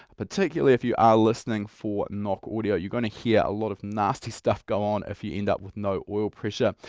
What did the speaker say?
ah particularly if you are listening for knock audio, you're going to hear a lot of nasty stuff go on if you end up with no oil pressure.